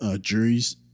juries